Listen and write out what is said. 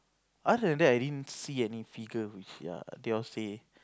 other than I didn't see any figure which they're they all say